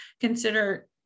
Consider